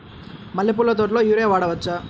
మల్లె పూల తోటలో యూరియా వాడవచ్చా?